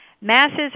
Masses